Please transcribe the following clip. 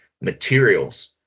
materials